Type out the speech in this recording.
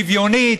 שוויונית,